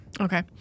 Okay